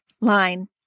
line